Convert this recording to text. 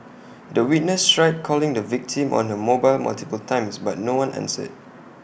the witness tried calling the victim on her mobile multiple times but no one answered